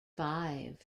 five